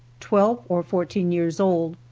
twelve or fourteen years old.